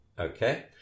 Okay